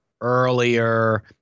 earlier